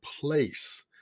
place